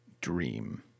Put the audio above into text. dream